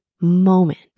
moment